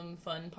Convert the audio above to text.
Fun